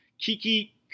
Kiki